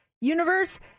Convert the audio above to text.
Universe